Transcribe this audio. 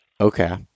Okay